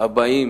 הבאים